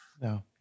No